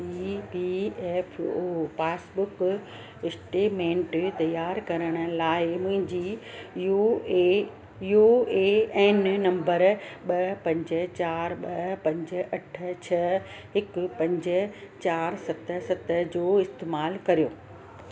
ई P F O passbook statement त्यारु करण लाइ मुंहिंजी U A U A N number ॿ पंज चारि ॿ पंज अठ छह हिकु पंज चारि सत सत जो इस्तेमालु कयो